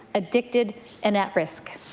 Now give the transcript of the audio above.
addicted and at risk.